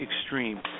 extreme